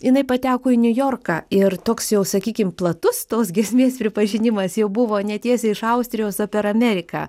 jinai pateko į niujorką ir toks jau sakykim platus tos giesmės pripažinimas jau buvo ne tiesiai iš austrijos o per ameriką